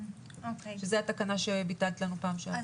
שזה התקנה שביטלת לנו פעם שעברה.